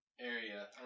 area